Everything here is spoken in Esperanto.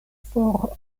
for